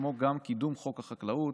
כמו גם קידום חוק החקלאות,